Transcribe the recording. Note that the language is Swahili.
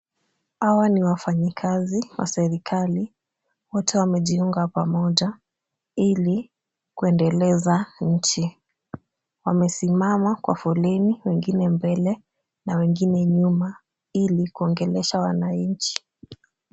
Hawa ni wafanyikazi wa serikali ,wote wamejiunga pamoja, ili kuendeleza nchi .Wamesimama kwa foleni wengine mbele na wengine nyuma ili kuongelesha wananchi.